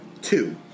Two